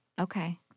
Okay